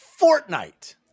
Fortnite